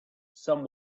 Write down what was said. some